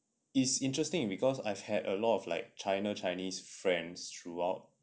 it's interesting because I've had a lot of like china chinese friends throughout